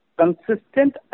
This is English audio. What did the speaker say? consistent